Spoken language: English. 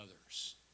others